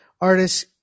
Artists